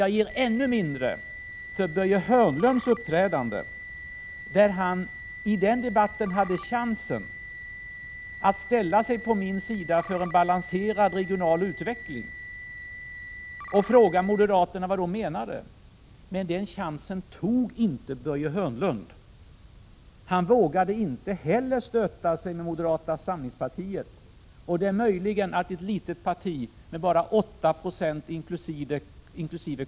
Jag ger dock ännu mindre för Börje Hörnlunds uppträdande, då han i den debatten hade chansen att ställa sig på min sida för en balanserad regional utveckling och fråga moderaterna vad de menade, men den chansen tog inte Börje Hörnlund. Han vågade inte heller stöta sig med moderata samlingspartiet. Det är möjligt att ett litet parti med bara 8 Ze av väljarna, inkl.